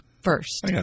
first